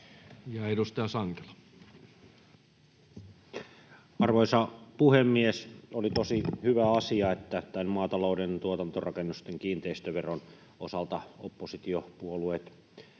17:01 Content: Arvoisa puhemies! Oli tosi hyvä asia, että tämän maatalouden tuotantorakennusten kiinteistöveron osalta oppositiopuolueet